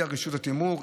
היא רשות התמרור,